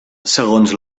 segons